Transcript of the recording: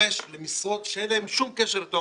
דורשים למשרות שאין להם שום קשר לתואר